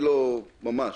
ממש,